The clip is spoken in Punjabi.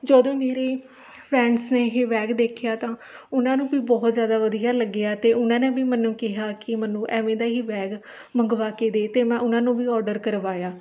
ਜਦੋਂ ਮੇਰੇ ਫਰੈਂਡਸ ਨੇ ਇਹ ਬੈਗ ਦੇਖਿਆ ਤਾਂ ਉਹਨਾਂ ਨੂੰ ਵੀ ਬਹੁਤ ਜ਼ਿਆਦਾ ਵਧੀਆ ਲੱਗਿਆ ਅਤੇ ਉਹਨਾਂ ਨੇ ਵੀ ਮੈਨੂੰ ਕਿਹਾ ਕਿ ਮੈਨੂੰ ਐਵੇਂ ਦਾ ਹੀ ਬੈਗ ਮੰਗਵਾ ਕੇ ਦੇ ਅਤੇ ਮੈਂ ਉਹਨਾਂ ਨੂੰ ਵੀ ਔਡਰ ਕਰਵਾਇਆ